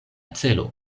celo